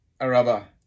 Araba